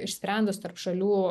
išsprendus tarp šalių